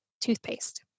toothpaste